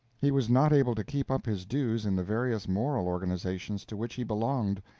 he was not able to keep up his dues in the various moral organizations to which he belonged,